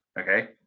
okay